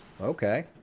Okay